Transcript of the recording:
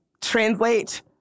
translate